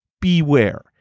beware